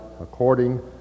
according